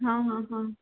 हां हां हां